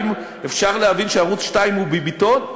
האם אפשר להבין שערוץ 2 הוא "ביביתון"?